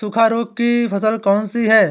सूखा रोग की फसल कौन सी है?